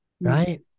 right